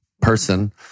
person